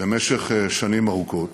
במשך שנים ארוכות